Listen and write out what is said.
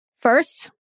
first